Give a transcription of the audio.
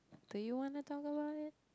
do you wanna talk about it